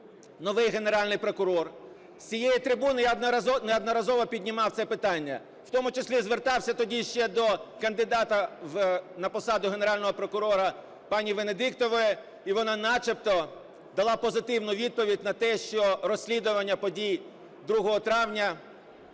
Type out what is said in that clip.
новий Генеральний прокурор. З цієї трибуни я неодноразово піднімав це питання, в тому числі звертався тоді ще до кандидата на посаду Генерального прокурора пані Венедіктової, і вона начебто дала позитивну відповідь на те, що розслідування подій 2 травня